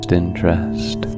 interest